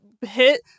hit